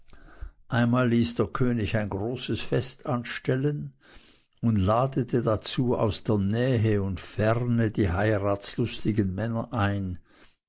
einmal ließ der könig ein großes fest anstellen und ladete dazu aus der nähe und ferne die heiratslustigen männer ein